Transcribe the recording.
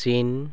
চীন